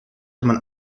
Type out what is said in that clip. man